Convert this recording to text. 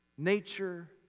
Nature